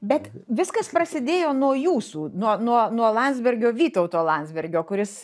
bet viskas prasidėjo nuo jūsų nuo nuo nuo landsbergio vytauto landsbergio kuris